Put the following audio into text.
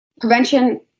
Prevention